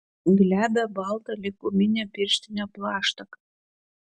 glebią baltą lyg guminė pirštinė plaštaką